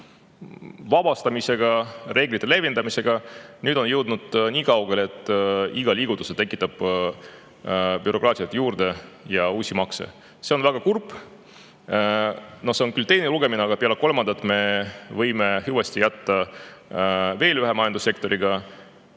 vabastamise ja reeglite leevendamisega, on nüüd jõudnud niikaugele, et iga liigutusega tekitab bürokraatiat ja uusi makse juurde. See on väga kurb. See on küll teine lugemine, aga peale kolmandat me võime hüvasti jätta veel ühe majandussektoriga.